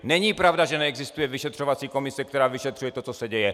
Není pravda, že neexistuje vyšetřovací komise, která vyšetřuje to, co se děje.